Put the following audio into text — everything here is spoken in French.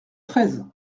treize